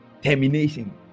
termination